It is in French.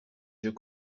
jeux